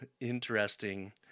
interesting